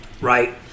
right